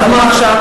אז מה עכשיו?